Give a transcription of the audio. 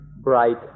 bright